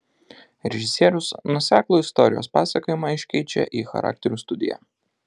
režisierius nuoseklų istorijos pasakojimą iškeičia į charakterių studiją